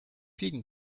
fliegen